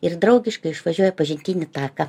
ir draugiškai išvažiuoja į pažintinį taką